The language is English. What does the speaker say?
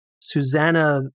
Susanna